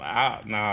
Nah